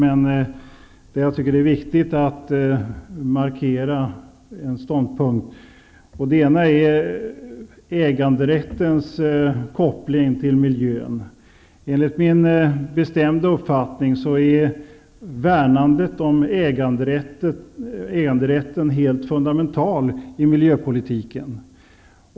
Men jag tycker att det är viktiga att göra ett par markeringar. Först gäller det äganderätten och kopplingen till miljön i det sammanhanget. Det är min bestämda uppfattning att värnandet av äganderätten är helt fundamental i miljöpolitiken.